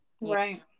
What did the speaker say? Right